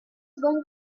going